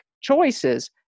choices